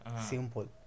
simple